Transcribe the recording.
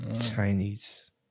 Chinese